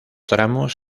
tramos